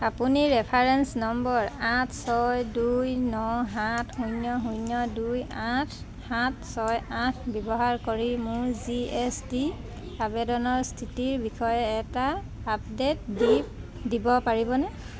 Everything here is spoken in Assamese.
আপুনি ৰেফাৰেন্স নম্বৰ আঠ ছয় দুই ন সাত শূন্য শূন্য দুই আঠ সাত ছয় আঠ ব্যৱহাৰ কৰি মোৰ জি এছ টি আবেদনৰ স্থিতিৰ বিষয়ে এটা আপডেট দি দিব পাৰিবনে